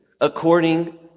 According